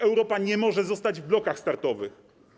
Europa nie może zostać w blokach startowych.